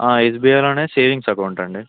ఎస్బీఐలోనే savings account అండి